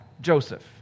Joseph